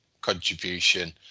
contribution